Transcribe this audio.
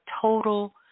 total